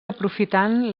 aprofitant